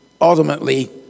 ultimately